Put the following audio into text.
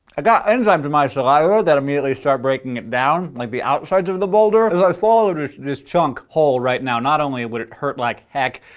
i've got enzymes in my saliva that immediately start breaking it down, like, the outsides of the boulder. if i swallowed this chunk whole right now, not only would it hurt like heck,